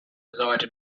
reside